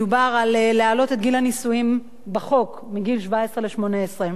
מדובר על להעלות את גיל הנישואין בחוק מגיל 17 ל-18.